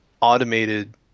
automated